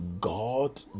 God